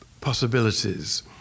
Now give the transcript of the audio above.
possibilities